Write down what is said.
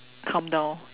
come down